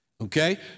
Okay